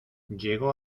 llegó